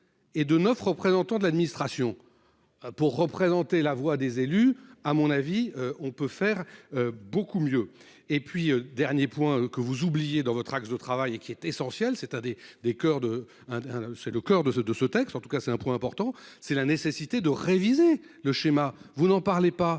Et de 9 représentants de l'administration. Pour représenter la voix des élus à mon avis on peut faire beaucoup mieux. Et puis dernier point que vous oubliez dans votre axe de travail et qui est essentiel c'est un des des de hein. C'est le coeur de ce de ce texte. En tout cas c'est un point important, c'est la nécessité de réviser le schéma, vous n'en parlez pas.